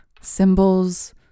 symbols